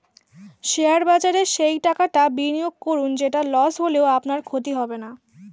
share বাজারে সেই টাকাটা বিনিয়োগ করুন যেটা লস হলেও আপনার ক্ষতি হবে না